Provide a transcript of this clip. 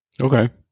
Okay